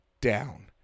down